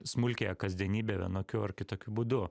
smulkiąją kasdienybę vienokiu ar kitokiu būdu